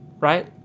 Right